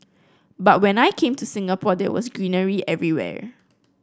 but when I came to Singapore there was greenery everywhere